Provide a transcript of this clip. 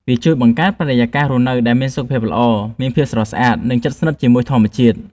វាជួយបង្កើតបរិយាកាសរស់នៅដែលមានសុខភាពល្អ មានភាពស្រស់ស្អាត និងជិតស្និទ្ធជាមួយធម្មជាតិ។